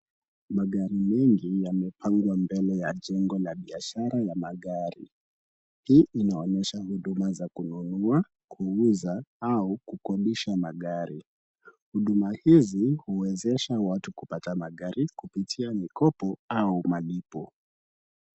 Magari mengi yamepangwa mbele ya jengo la biashara ya magari. Hii inaonyesha huduma za kununua, kuuza au kukodisha magari. Huduma hizi, huwezesha watu kupata magari kupitia mikopo au malipo.